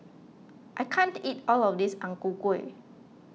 I can't eat all of this Ang Ku Kueh